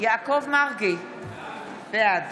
יעקב מרגי, בעד